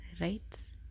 right